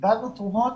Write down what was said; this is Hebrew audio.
איבדנו תרומות